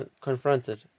confronted